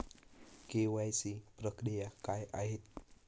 KYC प्रक्रिया काय आहे?